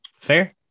Fair